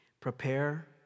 prepare